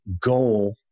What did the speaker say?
goal